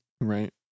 Right